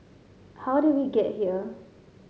how did we get here